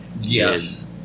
Yes